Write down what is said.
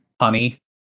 Honey